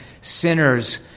sinners